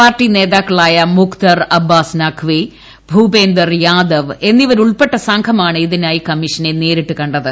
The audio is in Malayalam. പാർട്ടി നേതാക്കളായ മുഖ്തർ അബ്ബാസ് നഖ്വി ഭുപ്പേന്ദർ യാദവ് എന്നിവരുൾപ്പെട്ട സംഘമാണ് ഇതിനായി കമ്മിഷനെ ് നേരിട്ടു കണ്ടത്